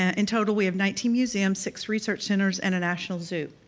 ah in total we have nineteen museums, six research centers, and a national zoo.